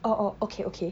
orh orh okay okay